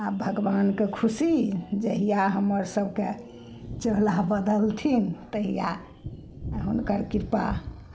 आओर भगवानके खुशी जहिया हमर सबके चोला बदलथिन तहिआ हुनकर कृपा